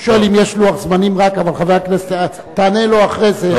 הוא שואל אם יש לוח זמנים, אבל תענה לו אחרי זה.